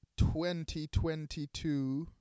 2022